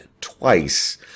twice